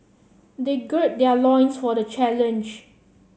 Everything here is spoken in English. they gird their loins for the challenge